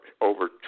over